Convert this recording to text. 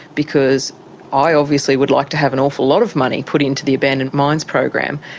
because i obviously would like to have an awful lot of money put into the abandoned mines program.